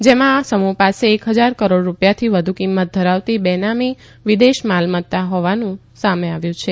જેમાં આ સમૂહ પાસે એક હજાર કરોડ રૂપિયાથી વધુ કિંમત ધરાવતી બેનામી વિદેશી માલમત્તા હોવાનું સામે આવ્યું છે